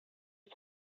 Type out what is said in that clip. ist